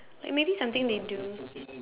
like maybe something they do